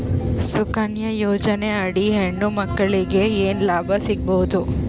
ಸುಕನ್ಯಾ ಯೋಜನೆ ಅಡಿ ಹೆಣ್ಣು ಮಕ್ಕಳಿಗೆ ಏನ ಲಾಭ ಸಿಗಬಹುದು?